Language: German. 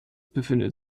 befindet